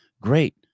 Great